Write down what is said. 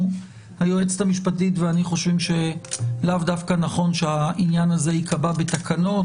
היועצת המשפטית ואני חושבים שלאו דווקא נכון שהעניין הזה ייקבע בתקנות.